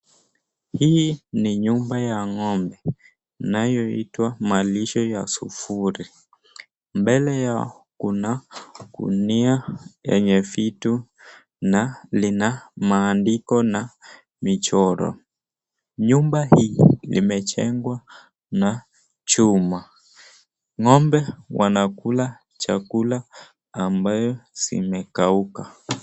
Hii ni nyumba ya ng'ombe inayoitwa malisho ya sufuri. Mbele yao kuna gunia yenye vitu na lina maandiko na michoro. Nyumba hii imejengwa na chuma. Ng'ombe wanakula chakula ambayo zimekauka.